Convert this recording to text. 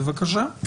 בבקשה.